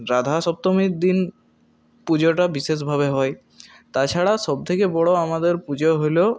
রাধাসপ্তমীর দিন পুজোটা বিশেষভাবে হয় তাছাড়া সব থেকে বড় আমাদের পুজো হলো